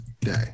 day